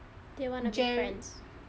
they want to be friends